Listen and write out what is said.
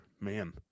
man